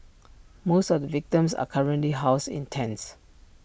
most of the victims are currently housed in tents